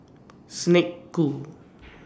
Snek Ku